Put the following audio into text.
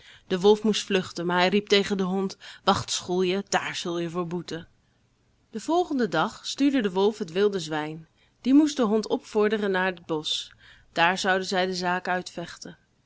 de wolf moest vluchten maar hij riep tegen den hond wacht schoelje dààr zul je voor boeten den volgenden dag stuurde de wolf het wilde zwijn die moest den hond opvorderen naar het bosch daar zouden zij de zaak uitvechten